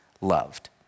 loved